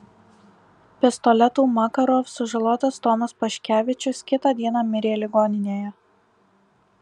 pistoletu makarov sužalotas tomas paškevičius kitą dieną mirė ligoninėje